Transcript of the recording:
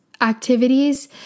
activities